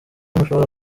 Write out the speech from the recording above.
ntushobora